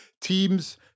teams